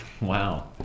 Wow